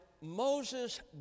Moses